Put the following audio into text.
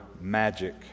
magic